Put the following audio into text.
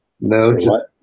No